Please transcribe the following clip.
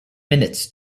minutes